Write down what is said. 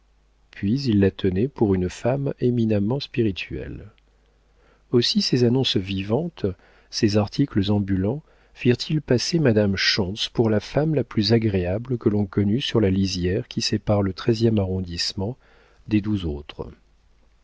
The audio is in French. puis ils la tenaient pour une femme éminemment spirituelle aussi ces annonces vivantes ces articles ambulants firent-ils passer madame schontz pour la femme la plus agréable que l'on connût sur la lisière qui sépare le treizième arrondissement des douze autres